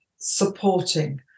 supporting